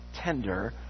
tender